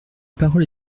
parole